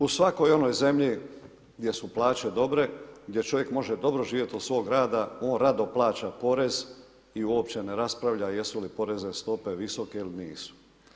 U svakoj onoj zemlji gdje su plaće dobre, gdje čovjek može dobro živjeti od svoga rada, on rado plaća porez i uopće ne raspravlja jesu li porezne stope visoke ili nisu.